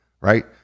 right